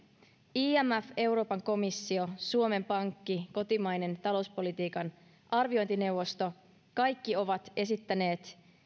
imf euroopan komissio suomen pankki kotimainen talouspolitiikan arviointineuvosto kaikki ovat esittäneet